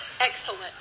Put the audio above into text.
excellent